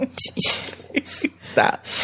Stop